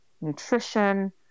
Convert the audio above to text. nutrition